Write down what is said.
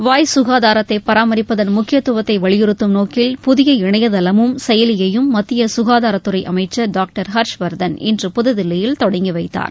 வாய் சுகாதாரத்தை பராமரிப்பதன் முக்கியத்துவத்தை வலியுறுத்தும் நோக்கில் புதிய இணையதளமும் செயலியையும் மத்திய சுகாதாரத்துறை அமைச்சர் டாக்டர் ஹர்ஷ்வர்தன் இன்று புதுதில்லியில் தொடங்கி வைத்தார்